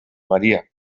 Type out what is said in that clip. maria